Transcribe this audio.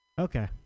Okay